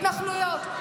התנחלויות,